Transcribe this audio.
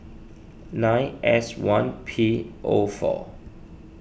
nine S one P of our